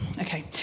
okay